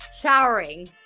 Showering